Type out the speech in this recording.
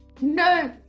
No